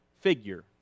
figure